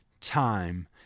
time